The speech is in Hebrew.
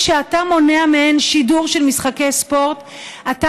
כשאתה מונע מהן שידור של משחקי ספורט אתה